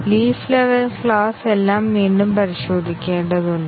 leaf level class എല്ലാം വീണ്ടും പരിശോധിക്കേണ്ടതുണ്ട്